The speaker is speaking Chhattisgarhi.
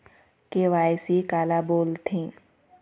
के.वाई.सी काला बोलथें?